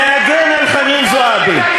להגן על חנין זועבי.